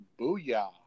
Booyah